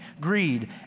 greed